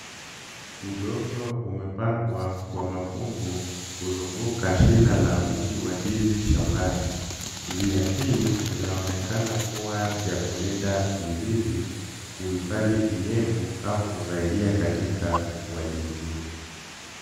Udongo umepangwa kwa mafungu kuzunguka shina la mti wa ndizi shambani. Njia hii inaonekana kuwa ya kulinda mizizi, kuhifadhi unyevu au kusaidia katika ukuaji mzuri.